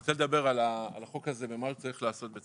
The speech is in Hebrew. אני רוצה לדבר על החוק ומה צריך לעשות.